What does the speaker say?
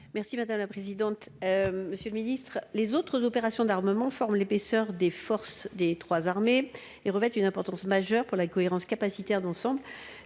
Merci madame la présidente. Monsieur le ministre. Les autres opérations d'armement forment l'épaisseur des forces des 3 armées et revêtent une importance majeure pour la cohérence capacitaire d'ensemble